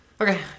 Okay